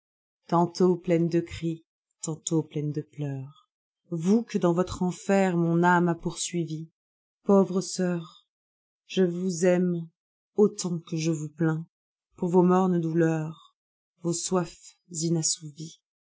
tantôt pleines de cris tantôt pleines de pleurs vous que dans votre enfer mon âme a poursuivies pauvres sœurs je vous aime autant que je vous plains pour vos mornes douleurs vos soifi